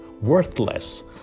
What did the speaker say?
worthless